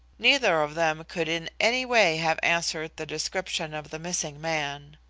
neither of them could in any way have answered the description of the missing man.